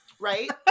right